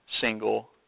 single